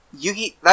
Yugi